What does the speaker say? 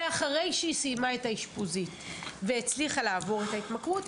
ואחרי שהיא סיימה את האשפוזית והצליחה לעבור את ההתמכרות,